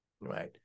Right